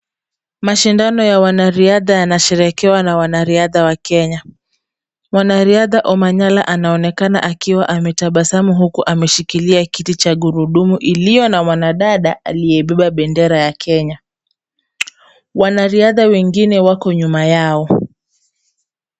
Mashindano ya wanariadha yanasheherekewa na wanariadha wa Kenya. Mwanariadha Omanyala anaoenakana akiwa ametabasamu huku ameshikilia kiti cha gurudumu kilicho na mwanadada aliyebeba bendera ya Kenya. Wanariadha wengine wako nyuma yao.